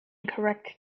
correct